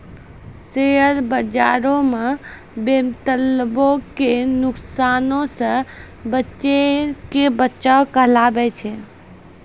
share बजारो मे बेमतलबो के नुकसानो से बचैये के बचाव कहाबै छै